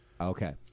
Okay